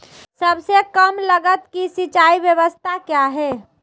सबसे कम लगत की सिंचाई ब्यास्ता क्या है?